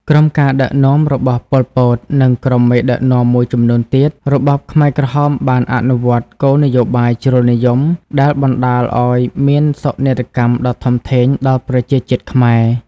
ក្រោមការដឹកនាំរបស់ ប៉ុល ពត និងក្រុមមេដឹកនាំមួយចំនួនទៀត របបខ្មែរក្រហមបានអនុវត្តគោលនយោបាយជ្រុលនិយមដែលបណ្ដាលឲ្យមានសោកនាដកម្មដ៏ធំធេងដល់ប្រជាជាតិខ្មែរ។